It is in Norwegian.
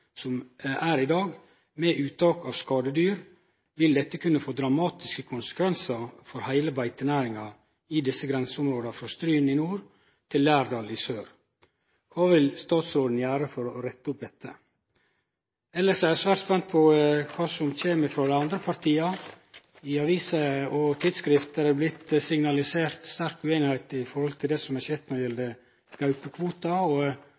som er i dag med uttak av skadedyr, vil dette kunne få dramatiske konsekvensar for heile beitenæringa i desse grenseområda – frå Stryn i nord til Lærdal i sør. Kva vil statsråden gjere for å rette opp dette? Elles er eg svært spent på kva som kjem frå dei andre partia. I aviser og tidsskrift er det blitt signalisert sterk ueinigheit om det som har skjedd når